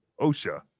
osha